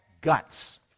guts